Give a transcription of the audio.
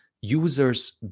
users